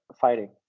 fighting